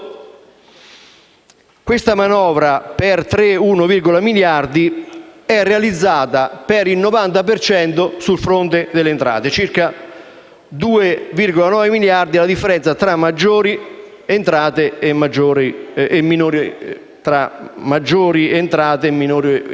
questa manovra per 3,1 miliardi di euro è realizzata al 90 per cento sul fronte delle entrate: circa 2,9 miliardi è la differenza tra maggiori entrate e minori spese.